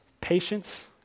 patience